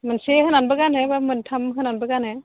मोनसे होनानैबो गानो बा मोनथाम होनानैबो गानो